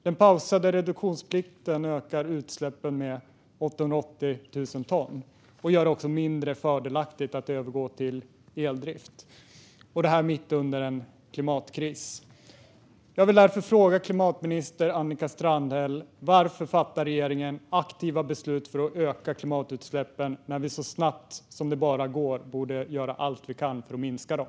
Den pausade reduktionsplikten ökar utsläppen med 880 000 ton och gör det mindre fördelaktigt att övergå till eldrift - detta mitt under en klimatkris. Jag vill därför fråga klimatminister Annika Strandhäll: Varför fattar regeringen aktiva beslut för att öka klimatutsläppen när vi så snabbt som det bara går borde göra allt vi kan för att minska dem?